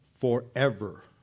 forever